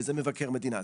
וזה מטעם מבקר המדינה,